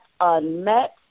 unmet